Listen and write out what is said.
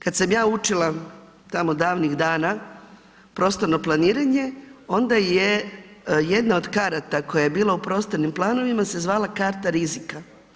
Kad sam ja učila, tamo davnih dana tamo prostorno planiranje onda je jedna od karata koja je bila u prostornim planovima se zvala karta rizika.